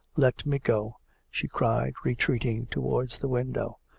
let me go she cried, retreating towards the window.